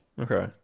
Okay